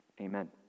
Amen